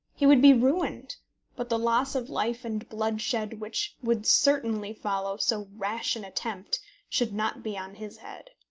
he would be ruined but the loss of life and bloodshed which would certainly follow so rash an attempt should not be on his head.